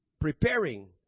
preparing